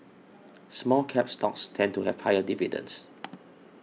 Small Cap stocks tend to have higher dividends